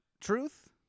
truth